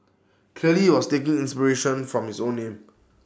clearly he was taking inspiration from his own name